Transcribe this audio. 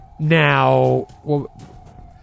Now